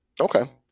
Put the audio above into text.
Okay